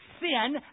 sin